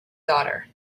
daughter